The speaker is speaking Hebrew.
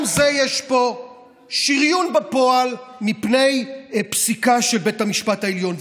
גם לזה יש פה שריון בפועל מפני פסיקה של בית המשפט העליון,